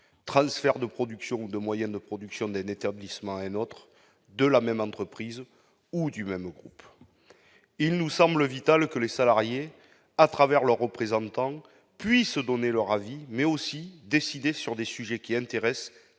transferts de production de moyens de production d'un établissement à un autre, de la même entreprise ou du même groupe. Il nous semble vital que les salariés, par leurs représentants, puissent non seulement donner leur avis, mais aussi décider lorsque les sujets intéressent